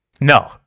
No